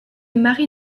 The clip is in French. mari